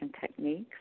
techniques